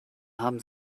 haben